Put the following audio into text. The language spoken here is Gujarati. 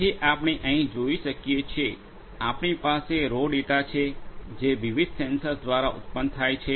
તેથી આપણે અહીં જોઈ શકીએ છીએ આપણી પાસે રો ડેટા છે જે વિવિધ સેન્સર્સ દ્વારા ઉત્પન્ન થાય છે